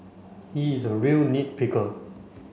he is a real nit picker